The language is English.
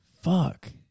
Fuck